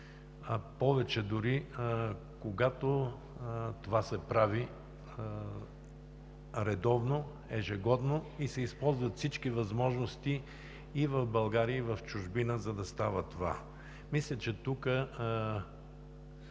повече, когато това се прави редовно, ежегодно и се използват всички възможности и в България, и в чужбина, за да става това. Тук